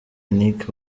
nic